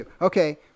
Okay